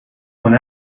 one